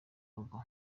rugo